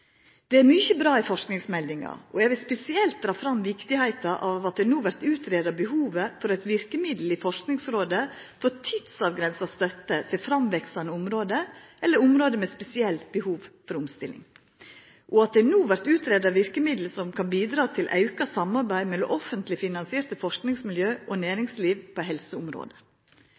Det er mykje bra i forskingsmeldinga, og eg vil spesielt dra fram viktigheita av at behovet for eit verkemiddel i Forskingsrådet for tidsavgrensa støtte til framveksande område eller område med spesielle behov for omstilling, no vert greitt ut, og at det vert greitt ut verkemiddel som kan bidra til auka samarbeid mellom offentleg finansierte forskingsmiljø og næringsliv på